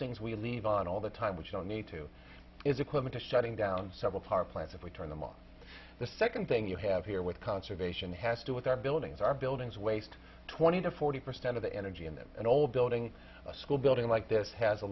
things we leave on all the time which don't need to is equipment shutting down several power plants if we turn them on the second thing you have here with conservation has to do with our buildings our buildings waste twenty to forty percent of the energy in an old building a school building like this has a